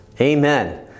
amen